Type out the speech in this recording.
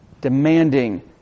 demanding